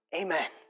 Amen